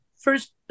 first